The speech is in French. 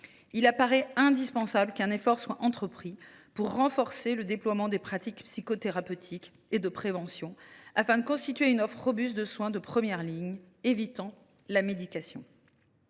il apparaît indispensable qu’un effort soit entrepris pour renforcer le déploiement des pratiques psychothérapeutiques et de prévention, afin de constituer une offre robuste de soins de première ligne et d’éviter la médication.